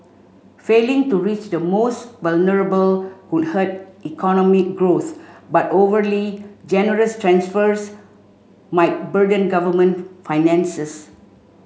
failing to reach the most vulnerable could hurt economic growth but overly generous transfers might burden government finances